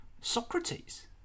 Socrates